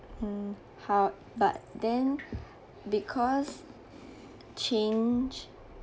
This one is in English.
um how~ but then because change